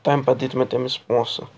تَمہِ پتہٕ دِتۍ مےٚ تٔمِس پونٛسہٕ